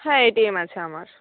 হ্যাঁ এটিএম আছে আমার